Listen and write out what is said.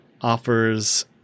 offers